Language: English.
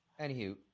Anywho